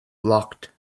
blocked